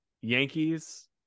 Yankees